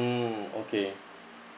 mm okay